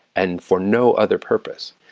and for no other purpose.